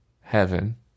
heaven